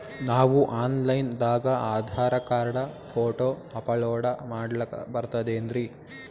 ನಾವು online ದಾಗ Aadhaar card, photo upload ಮಾಡ್ಲಕ ಬರ್ತದೇನ್ರಿ?